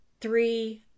three